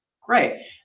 Great